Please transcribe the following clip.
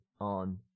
on